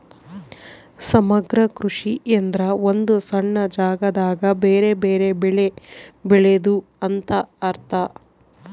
ಸಮಗ್ರ ಕೃಷಿ ಎಂದ್ರ ಒಂದು ಸಣ್ಣ ಜಾಗದಾಗ ಬೆರೆ ಬೆರೆ ಬೆಳೆ ಬೆಳೆದು ಅಂತ ಅರ್ಥ